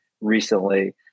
recently